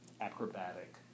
acrobatic